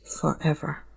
forever